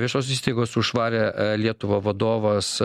viešosios įstaigos už švarią lietuvą vadovas